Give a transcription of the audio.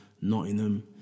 Nottingham